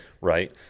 Right